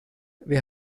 wer